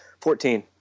Fourteen